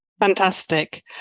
Fantastic